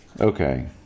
Okay